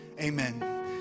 Amen